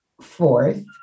fourth